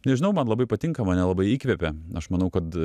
nežinau man labai patinka mane labai įkvepia aš manau kad